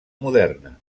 moderna